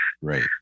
Right